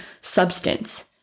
substance